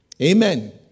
Amen